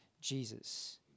Jesus